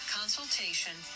consultation